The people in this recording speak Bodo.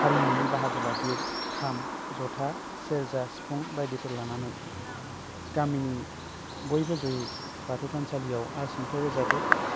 हारिमुनि बाहागो बादियै खाम जथा सेरजा सिफुं बायदिफोर लानानै गामिनि बयबो जयै बाथौ थानसालियाव आरज मेथाइ रोजाबो